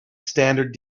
standard